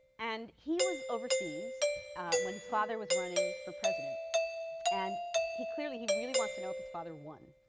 and he was overseas when his father was running for president and he clearly he really wants to know if his father won.